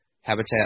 Habitat